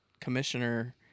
commissioner